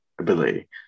ability